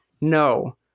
no